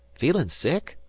feelin' sick?